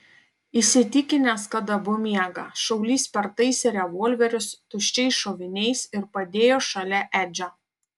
įsitikinęs kad abu miega šaulys pertaisė revolverius tuščiais šoviniais ir padėjo šalia edžio